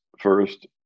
First